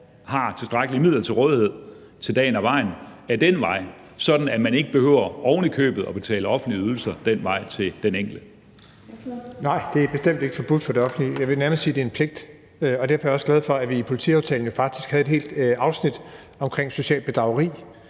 har tilstrækkelige midler til rådighed til dagen og vejen ad den vej, sådan at man ikke behøver ovenikøbet at betale offentlige ydelser den vej til den enkelte. Kl. 13:30 Fjerde næstformand (Trine Torp): Ordføreren. Kl. 13:30 Jeppe Bruus (S): Nej, det er bestemt ikke forbudt for det offentlige. Jeg vil nærmest sige, at det er en pligt. Derfor er jeg også glad for, at vi i politiaftalen jo faktisk havde et helt afsnit om socialt bedrageri,